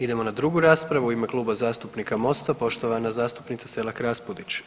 Idemo na drugu raspravu u ime Kluba zastupnika MOST-a poštovana zastupnica Selak-Raspudić.